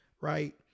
right